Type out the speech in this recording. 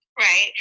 Right